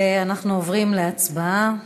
ואנחנו עוברים להצבעה,